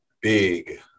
big